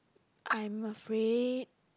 I'm afraid